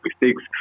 mistakes